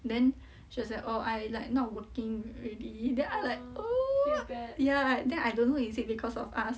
then she was like orh I like not working already then I like then ya then I don't know is it because of us